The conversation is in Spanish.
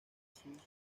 sus